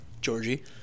Georgie